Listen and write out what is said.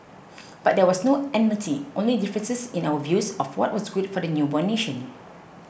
but there was no enmity only differences in our views of what was good for the newborn nation